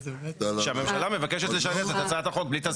זה אישור תחילת עבודות.